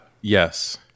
yes